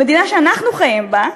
במדינה שאנחנו חיים בה,